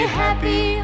happy